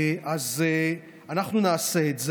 אז אנחנו נעשה את זה,